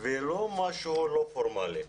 ולא משהו לא פורמלי,